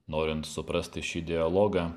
norint suprasti šį dialogą